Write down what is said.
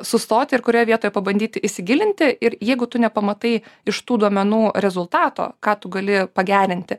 sustoti ir kurioje vietoje pabandyti įsigilinti ir jeigu tu nepamatai iš tų duomenų rezultato ką tu gali pagerinti